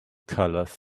colors